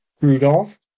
Rudolph